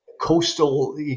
coastal